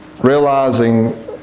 realizing